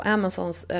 Amazons